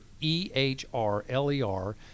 E-H-R-L-E-R